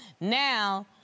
now